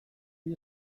wie